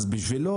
אז בשבילו,